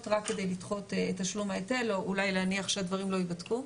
רק כדי לדחות את תשלום ההיטל או אולי להניח שהדברים לא ייבדקו.